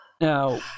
Now